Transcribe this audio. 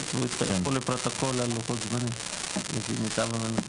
והוא התחייב פה לפרוטוקול על לוחות הזמנים למיטב הבנתי.